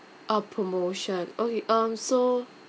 oh promotion okay um so